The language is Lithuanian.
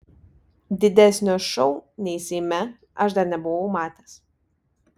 didesnio šou nei seime aš dar nebuvau matęs